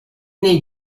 nei